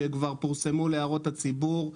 שכבר פורסמו להערות הציבור,